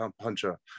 puncher